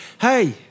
hey